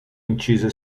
incise